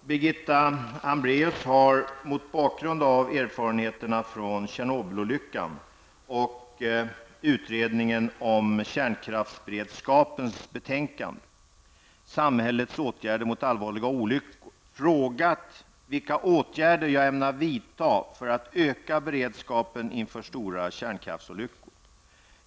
Birgitta Hambraeus har -- mot bakgrund av erfarenheterna från Tjernobylolyckan och utredningens om kärnkraftsberedskapen betänkande Samhällets åtgärder mot allvarliga olyckor -- frågat vilka åtgärder jag ämnar vidta för att öka beredskapen inför stora kärnkraftsolyckor.